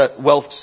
wealth